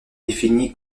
défini